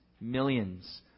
millions